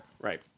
Right